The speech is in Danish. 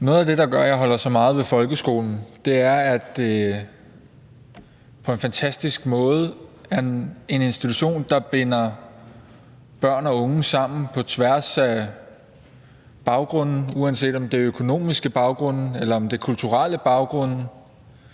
Noget af det, der gør, at jeg holder så meget af folkeskolen, er, at det på en fantastisk måde er en institution, der binder børn og unge sammen på tværs af baggrunde. Uanset om det er økonomiske baggrunde, eller om det er kulturelle baggrunde,